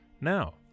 Now